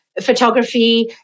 photography